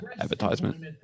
advertisement